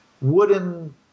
wooden